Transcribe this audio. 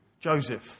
Joseph